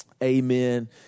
Amen